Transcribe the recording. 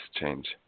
change